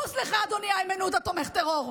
בוז לך, אדוני, איימן עודה, תומך טרור.